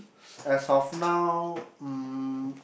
as of now mm